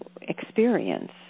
experience